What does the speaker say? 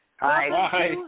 Hi